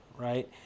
right